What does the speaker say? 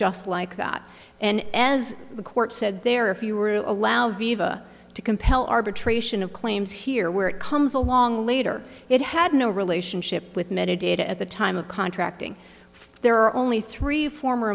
just like that and as the court said there if you were allowed to compel arbitration of claims here where it comes along later it had no relationship with metadata at the time of contracting there are only three former